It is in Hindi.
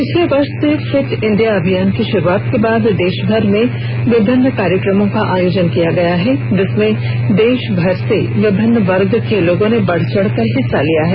पिछले वर्ष से फिट इंडिया अभियान की श्रुआत के बाद देशभर में विभिन्न कार्यक्रमों का आयोजन किया गया है जिसमें देशभर से विभिन्न वर्ग के लोगों ने बढ़ चढ़कर भाग लिया है